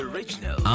Original